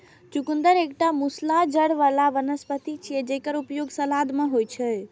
चुकंदर एकटा मूसला जड़ बला वनस्पति छियै, जेकर उपयोग सलाद मे होइ छै